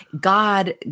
God